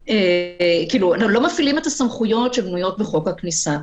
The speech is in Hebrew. לא מפעילים את הסמכויות שמנויות בחוק הכניסה,